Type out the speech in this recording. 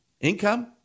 income